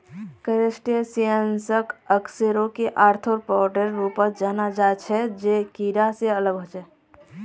क्रस्टेशियंसक अकशेरुकी आर्थ्रोपोडेर रूपत जाना जा छे जे कीडा से अलग ह छे